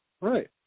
Right